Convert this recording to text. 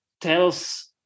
tells